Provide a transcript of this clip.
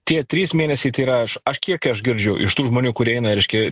tie trys mėnesiai tai yra aš aš kiek aš girdžiu iš tų žmonių kurie eina reiškia